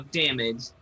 damage